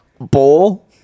ball